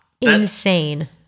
Insane